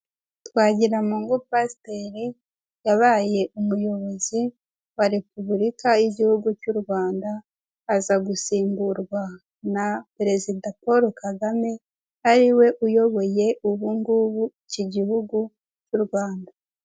Twagiramungu Pasiteri yabaye umuyobozi wa repubulika y'igihugu cy'u Rwanda aza gusimburwa na perezida Paul Kagame ariwe uyoboye ubungubu iki gihugu cy'u Rwanda.